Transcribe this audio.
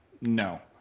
no